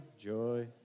joy